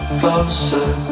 closer